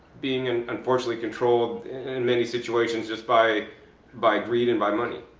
being and unfortunately controlled in many situations just by by greed and by money.